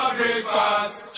breakfast